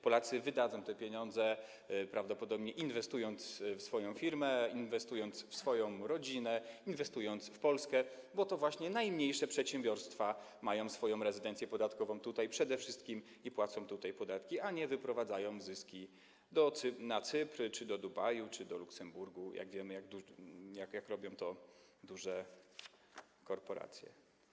Polacy wydadzą te pieniądze, prawdopodobnie inwestując w swoją firmę, inwestując w swoją rodzinę, inwestując w Polskę, bo to właśnie najmniejsze przedsiębiorstwa mają swoją rezydencję podatkową przede wszystkim tutaj i tutaj płacą podatki, nie wyprowadzają zysków na Cypr czy do Dubaju, czy do Luksemburga, jak robią to, o czym wiemy, duże korporacje.